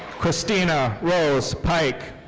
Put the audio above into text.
kristina rose pike.